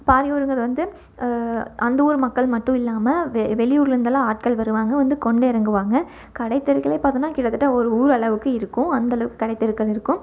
பாரியூருங்கிறது வந்து அந்த ஊர் மக்கள் மட்டும் இல்லாமல் வெளி ஊரில் இருந்துலாம் ஆட்கள் வருவாங்க வந்து கொண்டே இறங்குவாங்க கடை தெருக்களே பாத்தோம்னா கிட்டத்திட்ட ஒரு ஊர் அளவுக்கு இருக்கும் அந்த அளவுக்கு கடை தெருக்கள் இருக்கும்